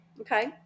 okay